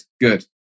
Good